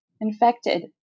infected